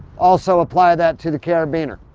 also apply that to the carabiner.